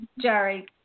Jerry